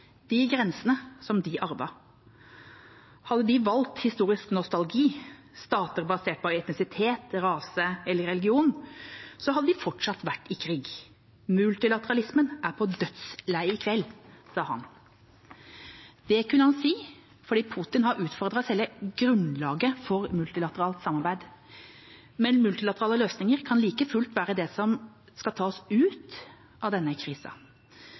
grensene de arvet. Hadde de valgt historisk nostalgi – stater basert på etnisitet, rase eller religion – hadde de fortsatt vært i krig. Multilateralisme er på dødsleiet i kveld, sa han. Det kunne han si fordi Putin har utfordret selve grunnlaget for multilateralt samarbeid, men multilaterale løsninger kan like fullt være det som skal ta oss ut av denne